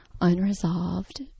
unresolved